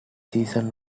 season